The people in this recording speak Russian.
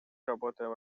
работаем